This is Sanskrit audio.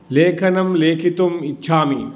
लेखनं लेखितुम् इच्छामि